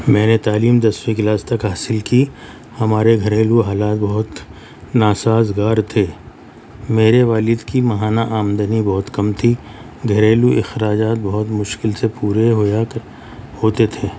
میں نے تعلیم دسویں کلاس تک حاصل کی ہمارے گھریلو حالات بہت ناسازگار تھے میرے والد کی ماہانہ آمدنی بہت کم تھی گھریلو اخراجات بہت مشکل سے پورے ہوا کر ہوتے تھے